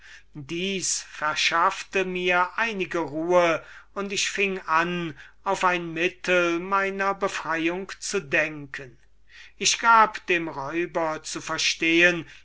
dieses verschaffte mir bisher einige ruhe und ich fing an auf ein mittel meiner befreiung zu denken ich gab dem räuber zu verstehen